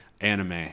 anime